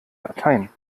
latein